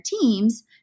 teams